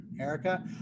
Erica